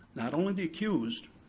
not only the accused,